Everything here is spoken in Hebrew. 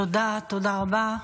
תודה, תודה רבה.